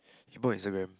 he bought Instagram